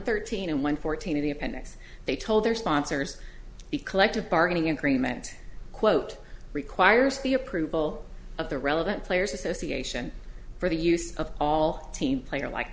thirteen and one fourteen in the appendix they told their sponsors collective bargaining agreement quote requires the approval of the relevant players association for the use of all team player like